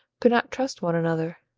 could not trust one another.